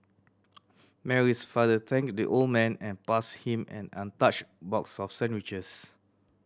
Mary's father thanked the old man and passed him an untouched box of sandwiches